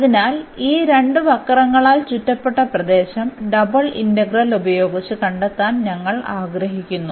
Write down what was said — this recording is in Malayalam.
അതിനാൽ ഈ രണ്ട് വക്രങ്ങളാൽ ചുറ്റപ്പെട്ട പ്രദേശം ഡബിൾ ഇന്റഗ്രൽ ഉപയോഗിച്ച് കണ്ടെത്താൻ ഞങ്ങൾ ആഗ്രഹിക്കുന്നു